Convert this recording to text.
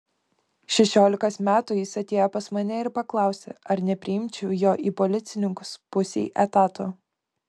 šešiolikos metų jis atėjo pas mane ir paklausė ar nepriimčiau jo į policininkus pusei etato